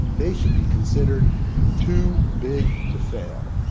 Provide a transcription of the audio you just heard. they should be considered too big to fail?